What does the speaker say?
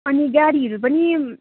अनि गाडीहरू पनि